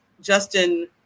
Justin